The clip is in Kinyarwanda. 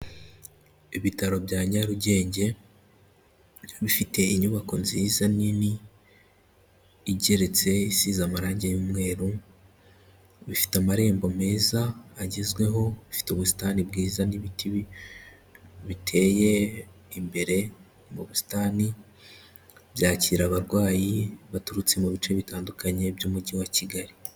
Ibitaro bya Nyarugenge, bifite inyubako nziza nini, igeretse isize amarange y'umweru, bifite amarembo meza agezweho, bifite ubusitani bwiza n'ibiti biteye imbere mu busitani, byakira abarwayi baturutse mu bice bitandukanye by'umujyi wa Kigali.